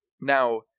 Now